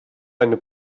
eine